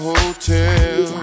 Hotel